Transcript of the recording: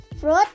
fruit